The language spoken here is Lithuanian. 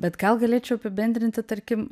bet gal galėčiau apibendrinti tarkim